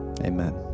amen